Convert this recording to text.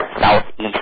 southeast